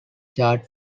chart